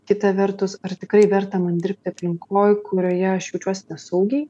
kita vertus ar tikrai verta man dirbti aplinkoj kurioje aš jaučiuosi nesaugiai